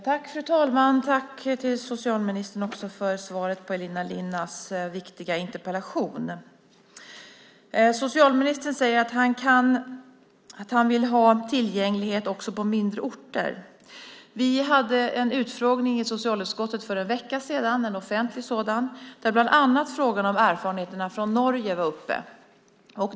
Fru talman! Tack, socialministern, för svaret på Elina Linnas viktiga interpellation. Socialministern säger att han vill ha tillgänglighet också på mindre orter. Vi hade en offentlig utfrågning i socialutskottet för en vecka sedan där bland annat erfarenheterna från Norge var uppe.